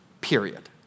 period